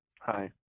Hi